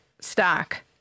stock